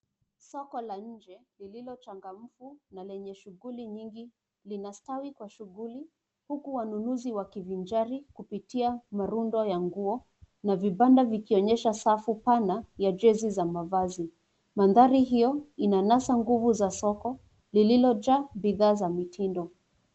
Soko la nje lililo changamfu na lenye shughuli nyingi linastawi kwa shughuli huku wanunuzi wakivinjari kupitia marundo la nguo na vibanda vikionyesha safu pana ya jezi za mavazi. Madhari hiyo inanasa nguvu za soko lililo jaa bidhaa za mitindo.